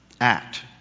act